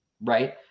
right